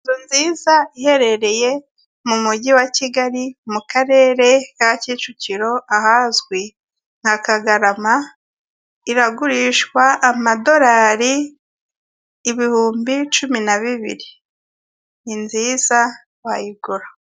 Inzu nziza iherereye mu mujyi wa Kigali, mu karere ka Kicukiro ahazwi nka Kagarama, iragurishwa amadorari ibihumbi cumi na bibiri ni nziza wayigura.